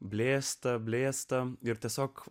blėsta blėsta ir tiesiog